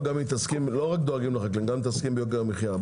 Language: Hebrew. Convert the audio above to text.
דואגים לא רק לחקלאים אלא גם מתעסקים ביוקר המחיה.